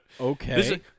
okay